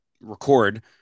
record